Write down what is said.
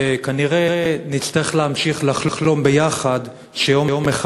כנראה נצטרך להמשיך לחלום ביחד שיום אחד